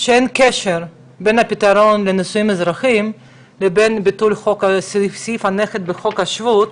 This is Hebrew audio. שאין קשר בין הפתרון לנישואים אזרחיים לבין ביטול סעיף הנכד בחוק השבות.